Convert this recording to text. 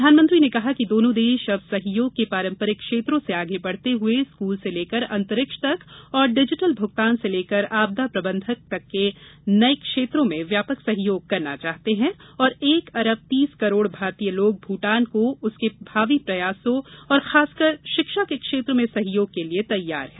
प्रधानमंत्री ने कहा कि दोनों देश अब सहयोग के पारम्परिक क्षेत्रों से आगे बढ़ते हुए स्कूल से लेकर अंतरिक्ष तक और डिजिटल भुगतान से लेकर आपदा प्रबंधन तक के नये क्षेत्रो में व्यापक सहयोग करना चाहते हैं और एक अरब तीस करोड़ भारतीय लोग भूटान को उसके भावी प्रयासों और खासकर शिक्षा के क्षेत्र में सहयोग के लिए तैयार हैं